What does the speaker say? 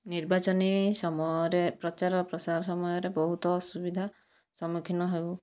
ନିର୍ବାଚନୀ ସମୟରେ ପ୍ରଚାର ଓ ପ୍ରସାର ସମୟରେ ବହୁତ ଅସୁବିଧା ସମ୍ମୁଖୀନ ହେଉ